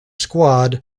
squad